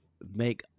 make